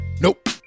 Nope